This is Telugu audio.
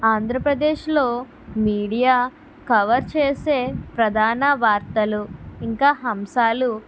ఆంధ్రప్రదేశ్లో మీడియా కవర్ చేసే ప్రధాన వార్తలు ఇంకా అంశాలు